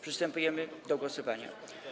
Przystępujemy do głosowania.